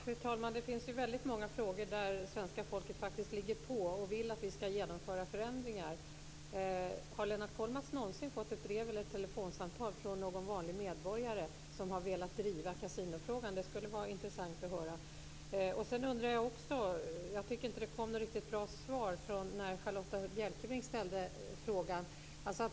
Fru talman! Det finns väldigt många frågor där svenska folket ligger på och vill att vi skall genomföra förändringar. Har Lennart Kollmats någonsin fått ett brev eller ett telefonsamtal från någon vanlig medborgare som har velat driva kasinofrågan? Det skulle vara intressant att höra. Jag tycker inte att Charlotta Bjälkebring fick något riktigt bra svar på sin fråga.